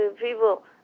people